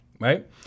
right